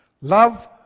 Love